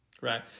right